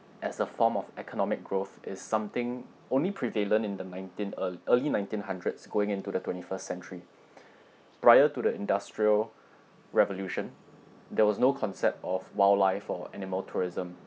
as a form of economic growth is something only prevalent in the nineteen ea~ early nineteen hundreds going into the twenty-first century prior to the industrial revolution there was no concept of wildlife for animal tourism